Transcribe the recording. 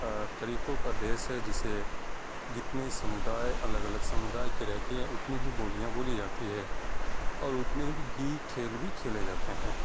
طریقوں کا دیس ہے جسے جتنے سمودائے الگ الگ سمودائے کے رہتی ہے اتنی ہی بولیاں بولی جاتی ہیں اور اتنے بھی ہی کھیل بھی کھیلے جاتے ہیں